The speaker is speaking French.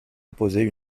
imposer